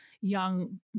young